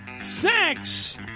sex